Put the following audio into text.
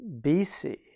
BC